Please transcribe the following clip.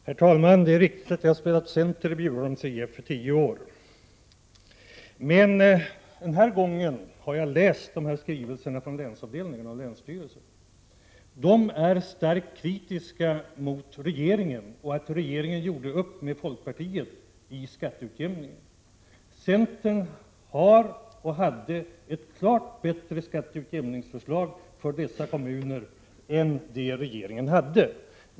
Herr talman! Det är riktigt att jag har spelat center i Bjurholms IF i tio år. Denna gång har jag läst skrivelserna från länsavdelningen och länsstyrelsen. De är starkt kritiska mot regeringen över att regeringen gjorde upp med folkpartiet i skatteutjämningsfrågan. Centern hade och har ett klart bättre skatteutjämningsförslag än regeringen för dessa kommuner.